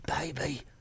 baby